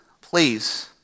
Please